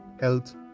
health